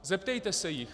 Zeptejte se jich.